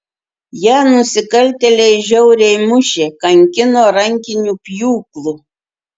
ją nusikaltėliai žiauriai mušė kankino rankiniu pjūklu